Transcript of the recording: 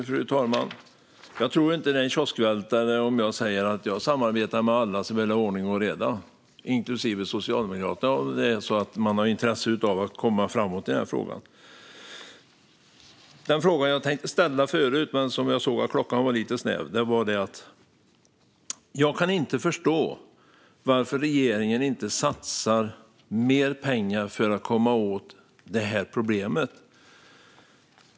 Fru talman! Jag tror inte att det är en kioskvältare om jag säger att jag samarbetar med alla som vill ha ordning och reda, inklusive Socialdemokraterna, om man har intresse av att komma framåt i frågan. Den fråga jag tänkte ställa förut, men klockan var lite snäv, gällde att jag inte kan förstå varför regeringen inte satsar mer pengar för att komma åt problemet.